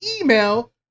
email